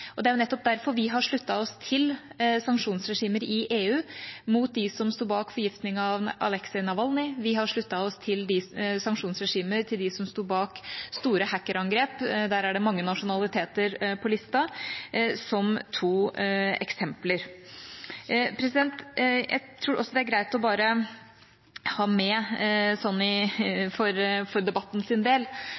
Det er nettopp derfor vi har sluttet oss til sanksjonsregimet i EU mot dem som sto bak forgiftningen av Aleksej Navalnyj. Vi har sluttet oss til sanksjonsregimet mot dem som sto bak store hackerangrep. Der er det mange nasjonaliteter på lista – som to eksempler. Jeg tror også det er greit å ha med for debattens del at Riksadvokaten ga sin